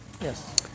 Yes